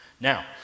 Now